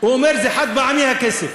הוא אומר: זה חד-פעמי, הכסף.